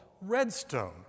Redstone